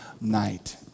night